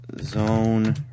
Zone